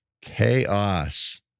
chaos